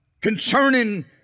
concerning